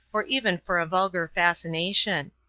or even for a vulgar fascination.